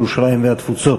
ירושלים והתפוצות.